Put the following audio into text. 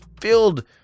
filled